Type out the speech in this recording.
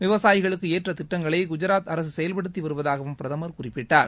விவசாயிகளுக்கு ஏற்ற திட்டங்களை குஜராத் அரசு செயல்படுத்தி வருவதாகவும் பிரதமர் குறிப்பிட்டார்